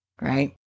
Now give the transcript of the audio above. Right